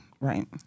right